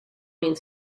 min